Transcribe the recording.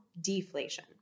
deflation